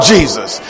Jesus